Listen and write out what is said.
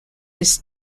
this